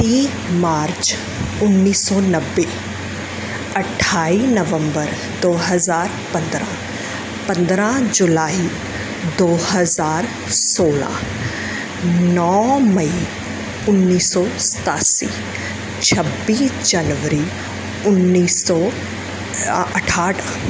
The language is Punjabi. ਤੀਹ ਮਾਰਚ ਉੱਨੀ ਸੌ ਨੱਬੇ ਅਠਾਈ ਨਵੰਬਰ ਦੋ ਹਜ਼ਾਰ ਪੰਦਰਾਂ ਪੰਦਰਾਂ ਜੁਲਾਈ ਦੋ ਹਜ਼ਾਰ ਸੋਲਾਂ ਨੌਂ ਮਈ ਉੱਨੀ ਸੌ ਸਤਾਸੀ ਛੱਬੀ ਜਨਵਰੀ ਉੱਨੀ ਸੌ ਅ ਅਠਾਹਠ